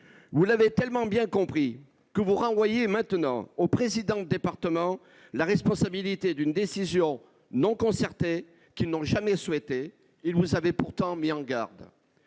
Vous l'avez tellement bien compris que vous renvoyez désormais aux présidents des départements la responsabilité d'une décision non concertée, qu'ils n'ont jamais souhaitée. Ils vous avaient pourtant mis en garde.